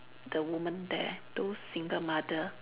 the woman there those single mother